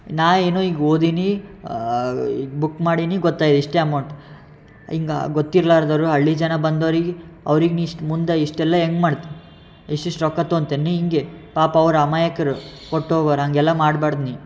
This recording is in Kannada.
ನಾನು ಏನು ಈಗ ಓದೀನಿ ಈಗ ಬುಕ್ ಮಾಡೀನಿ ಗೊತ್ತಾಯ್ತು ಇಷ್ಟೇ ಅಮೌಂಟ್ ಹಿಂಗೆ ಗೊತ್ತಿರಲಾದೋರು ಹಳ್ಳಿ ಜನ ಬಂದೋರಿಗೆ ಅವ್ರಿಗೆ ನೀನು ಇಷ್ಟು ಮುಂದೆ ಇಷ್ಟೆಲ್ಲ ಹೆಂಗೆ ಮಾಡ್ತಿ ಇಷ್ಟು ಇಷ್ಟು ರೊಕ್ಕ ತಗೊಳ್ತಿ ಏನು ನೀನು ಹಿಂಗೆ ಪಾಪ ಅವ್ರು ಅಮಾಯಕರು ಕೊಟ್ಟು ಹೋಗೋರು ಹಾಗೆಲ್ಲ ಮಾಡ್ಬಾರ್ದು ನೀನು